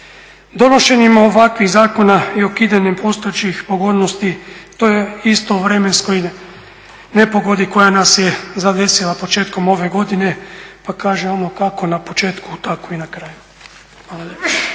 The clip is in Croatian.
Donošenjem ovakvih zakona i ukidanjem postojećih pogodnosti … nepogodi koja nas je zadesila početkom ove godine pa kaže ono, kako na početku, tako i na kraju.